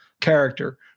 character